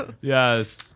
Yes